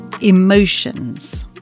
emotions